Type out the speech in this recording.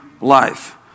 life